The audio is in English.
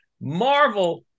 Marvel